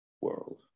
world